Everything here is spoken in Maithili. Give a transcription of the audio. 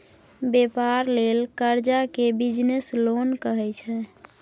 बेपार लेल करजा केँ बिजनेस लोन कहै छै